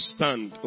Stand